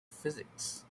physics